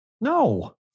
No